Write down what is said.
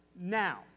now